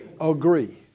agree